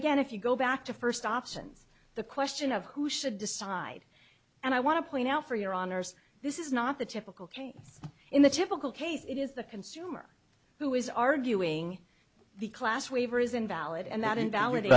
again if you go back to first options the question of who should decide and i want to point out for your honour's this is not the typical case in the typical case it is the consumer who is arguing the class waiver is invalid and that invalidate